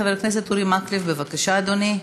חבר הכנסת אורי מקלב, בבקשה, אדוני.